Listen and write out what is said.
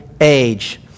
age